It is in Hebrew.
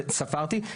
ספרתי,